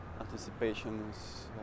anticipations